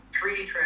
three